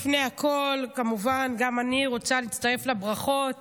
לפני הכול גם אני כמובן רוצה להצטרף לברכות